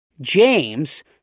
James